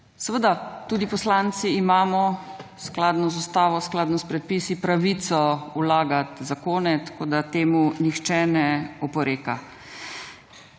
Seveda tudi poslanci imamo skladno z ustavo, skladno s predpisi pravico vlagati zakone. Tako, da temu nihče ne oporeka.